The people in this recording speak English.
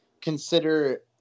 consider